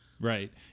Right